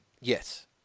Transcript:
yes